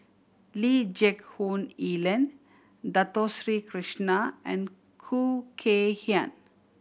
Lee Geck Hoon Ellen Dato Sri Krishna and Khoo Kay Hian